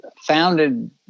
founded